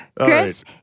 Chris